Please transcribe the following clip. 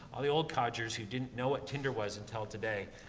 all the old codgers who didn't know what tinder was until today,